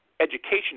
education